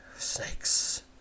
snakes